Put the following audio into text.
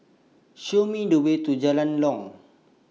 Show Me The Way to Jalan Long